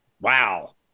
Wow